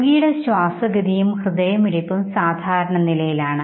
രോഗിയുടെ ശ്വാസഗതിയും ഹൃദയമിടിപ്പും സാധാരണ നിലയിലാണ്